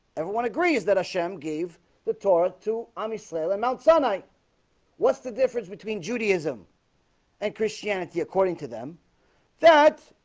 everyone agrees that hashem gave the torah to amish, leyland, mount sinai what's the difference between judaism and christianity according to them that?